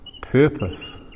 purpose